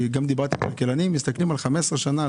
כלכלנים מסתכלים על 15 שנים,